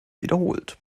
wiederholt